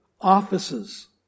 offices